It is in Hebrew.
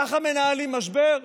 ככה מנהלים משבר?